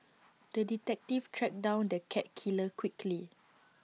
the detective tracked down the cat killer quickly